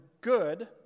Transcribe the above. good